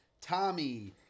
Tommy